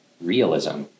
realism